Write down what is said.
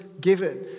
given